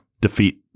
defeat